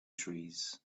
trees